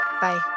Bye